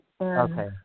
Okay